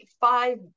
five